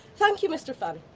thank you, mr funn,